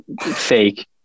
fake